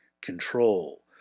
control